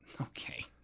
Okay